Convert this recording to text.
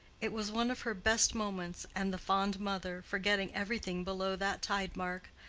it was one of her best moments, and the fond mother, forgetting everything below that tide mark,